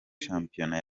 shampiona